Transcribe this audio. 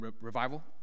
revival